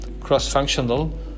cross-functional